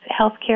healthcare